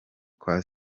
kwa